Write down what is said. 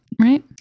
Right